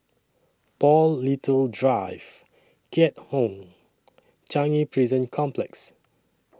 Paul Little Drive Keat Hong Changi Prison Complex